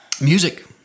Music